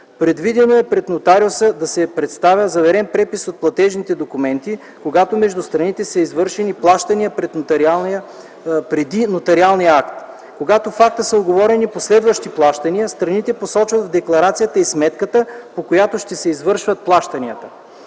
Предвидено е пред нотариуса да се представя заверен препис от платежните документи, когато между страните са извършени плащания преди нотариалния акт. Когато в акта са уговорени последващи плащания, страните посочват в декларацията и сметката, по която ще се извършват плащанията.